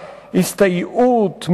הסתייעות,